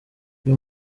uyu